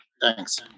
thanks